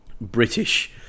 British